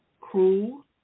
cruel